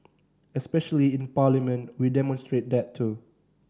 especially in Parliament we demonstrate that too